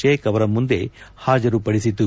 ಶೇಖ್ ಅವರ ಮುಂದೆ ಹಾಜರುಪಡಿಸಿತು